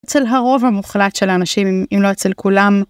אצל הרוב המוחלט של האנשים אם לא אצל כולם.